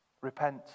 Repent